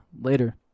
Later